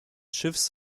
schiffes